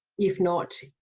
if not,